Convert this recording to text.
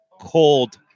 cold